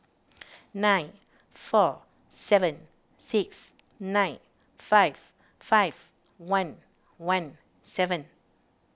nine four seven six nine five five one one seven